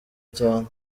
cyane